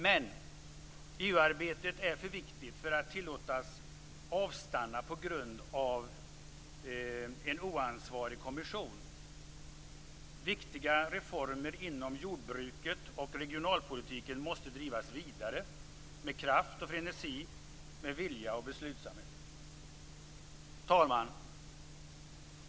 Men EU-arbetet är för viktigt för att tillåtas avstanna på grund av en oansvarig kommission. Viktiga reformer inom jordbruket och regionalpolitiken måste drivas vidare med kraft och frenesi, vilja och beslutsamhet. Herr talman!